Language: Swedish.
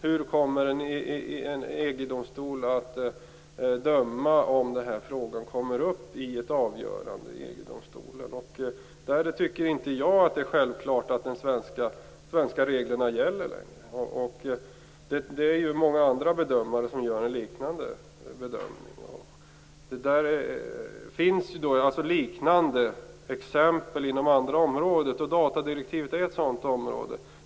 Hur kommer EG-domstolen att döma om den här frågan kommer upp till avgörande? Där tycker inte jag att det är självklart att de svenska reglerna gäller. Det är många andra bedömare som gör en liknande bedömning. Det finns liknande exempel inom andra områden. Datadirektivet är ett sådant område.